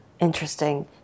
Interesting